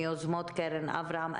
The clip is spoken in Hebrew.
מיוזמות קרן אברהם.